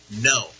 No